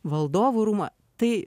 valdovų rūmų tai